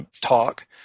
talk